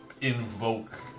invoke